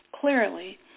clearly